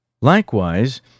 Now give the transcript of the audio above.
Likewise